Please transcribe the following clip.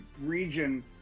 region